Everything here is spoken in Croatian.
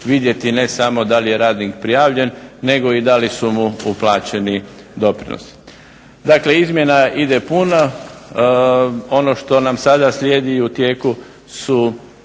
ne samo da li je radnik prijavljen, nego i da li su mu uplaćeni doprinosi. Dakle, izmjena ide puno. Ono što nam sada slijedi u tijeku su